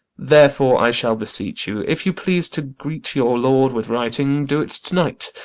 therefore i shall beseech you, if you please to greet your lord with writing, do't to-night.